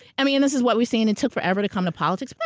i mean this is what we see and it took forever to come to politics, but